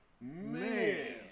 Man